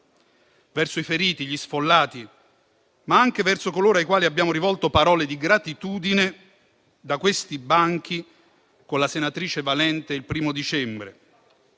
verso i feriti, gli sfollati, ma anche verso coloro ai quali abbiamo rivolto parole di gratitudine da questi banchi, con la senatrice Valente, il 1° dicembre.